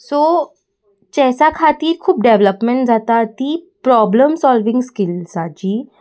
so चॅसा खातीर खूब डेवलॉपमेंट जाता ती प्रोब्लम सोल्विंग स्किल्साची